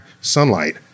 sunlight